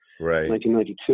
1992